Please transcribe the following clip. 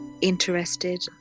interested